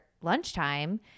lunchtime